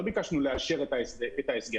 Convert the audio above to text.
לא ביקשנו לאשר את ההסגר.